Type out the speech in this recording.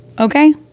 okay